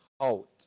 out